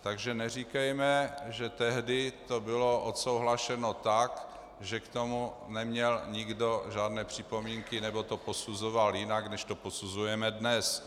Takže neříkejme, že tehdy to bylo odsouhlaseno tak, že k tomu neměl nikdo žádné připomínky nebo to posuzoval jinak, než to posuzujeme dnes.